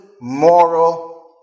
moral